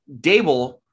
Dable